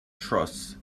trusts